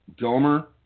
Gomer